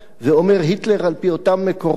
ואומר היטלר, על-פי אותם מקורות: